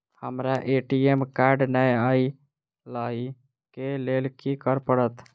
हमरा ATM card नै अई लई केँ लेल की करऽ पड़त?